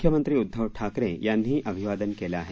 मुख्यमंत्री उद्घव ठाकरे यांनीही अभिवादन केलं आहे